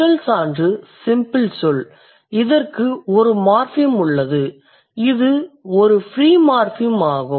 முதல் சான்று சிம்பிள் சொல் இதற்கு ஒரு மார்ஃபிம் உள்ளது இது ஒரு ஃப்ரீ மார்ஃபிம் ஆகும்